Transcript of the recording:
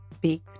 big